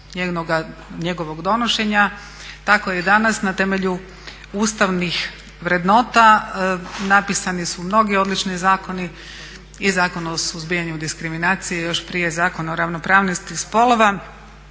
njegovog donošenja, tako i danas. Na temelju ustavnih vrednota napisani su mnogi odlični zakoni i Zakon o suzbijanju diskriminacije i još prije Zakon o ravnopravnosti spolova.